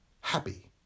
happy